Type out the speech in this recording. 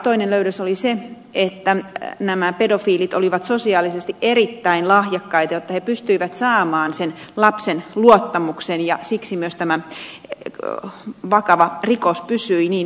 toinen löydös oli se että pedofiilit olivat sosiaalisesti erittäin lahjakkaita jotta he pystyivät saamaan lapsen luottamuksen ja siksi myös tämä vakava rikos pysyi niin pitkään salassa